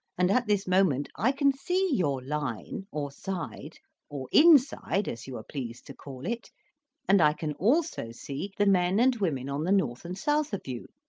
and at this moment i can see your line, or side or inside as you are pleased to call it and i can also see the men and women on the north and south of you,